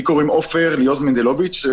אני אביו של עוז מנדלוביץ',